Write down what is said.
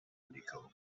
unicode